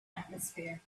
atmosphere